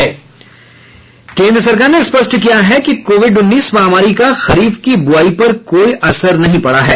केन्द्र सरकार ने स्पष्ट किया है कि कोविड उन्नीस महामारी का खरीफ की बुआई पर कोई असर नहीं पड़ा है